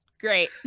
Great